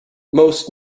most